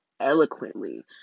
eloquently